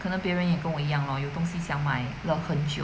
可能别人也跟我一样咯有东西想买了很久 mm